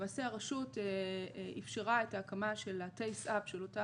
למעשה הרשות אפשרה את ההקמה של ה- TASE UP של אותה